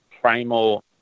primal